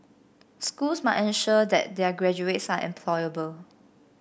schools must ensure that their graduates are employable